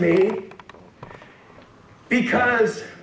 me because